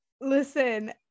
listen